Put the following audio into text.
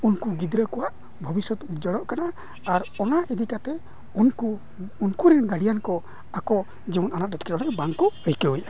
ᱩᱱᱠᱩ ᱜᱤᱫᱽᱨᱟᱹ ᱠᱚᱣᱟᱜ ᱵᱷᱚᱵᱤᱥᱥᱚᱛ ᱩᱡᱡᱚᱞᱚᱜ ᱠᱟᱱᱟ ᱟᱨ ᱚᱱᱟ ᱤᱫᱤ ᱠᱟᱛᱮᱫ ᱩᱱᱠᱩ ᱩᱱᱠᱩ ᱨᱮᱱ ᱜᱟᱨᱰᱮᱭᱮᱱ ᱠᱚ ᱟᱠᱚ ᱡᱮᱢᱚᱱ ᱟᱱᱟᱴ ᱮᱴᱠᱮᱴᱚᱬᱮ ᱵᱟᱝ ᱠᱚ ᱟᱹᱭᱠᱟᱹᱣᱮᱜᱼᱟ